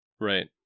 Right